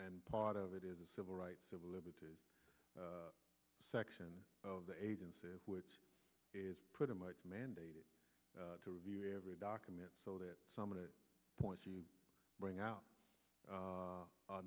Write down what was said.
and part of it is a civil rights civil liberties section of the agency which is pretty much mandated to review every document so that some of the points you bring out